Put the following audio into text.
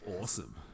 awesome